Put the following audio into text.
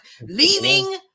leaving